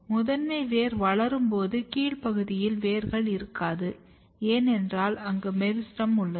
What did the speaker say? முதன்மை வேர் வளரும் பொது கீழ் பகுதியில் வேர்கள் இருக்காது ஏனென்றால் அங்கு மெரிஸ்டெம் உள்ளது